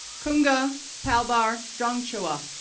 kunga palbar drongchewa,